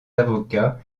avocats